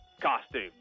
costume